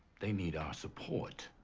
they need our support.